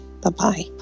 Bye-bye